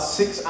six